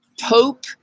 Pope